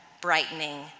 brightening